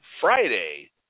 Friday